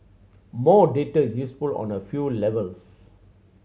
more data is useful on a few levels